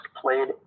played